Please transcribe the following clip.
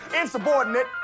Insubordinate